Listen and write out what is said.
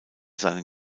seinen